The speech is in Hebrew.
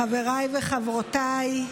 חבריי וחברותיי,